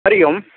Hari Om